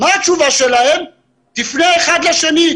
והתשובה שלהם: תפנה האחד לשני.